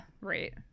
right